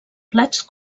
plats